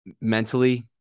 mentally